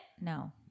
No